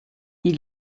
ils